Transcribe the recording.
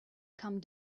come